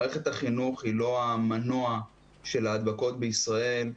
מערכת החינוך היא לא המנוע של ההדבקות בישראל.